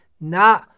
na